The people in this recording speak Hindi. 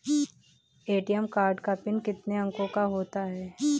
ए.टी.एम कार्ड का पिन कितने अंकों का होता है?